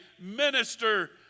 minister